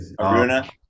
Aruna